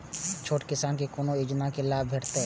छोट किसान के कोना योजना के लाभ भेटते?